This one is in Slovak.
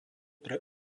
pre